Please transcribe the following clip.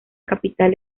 capital